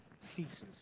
ceases